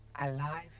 alive